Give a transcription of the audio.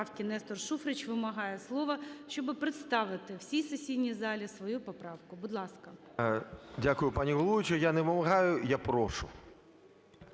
Дякую, пані головуюча. Я не вимагаю, я прошу.